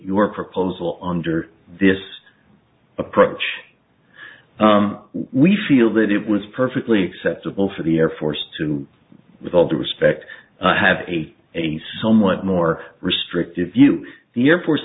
your proposal on your this approach we feel that it was perfectly acceptable for the air force to with all due respect have a a somewhat more restrictive view the air force